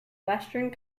western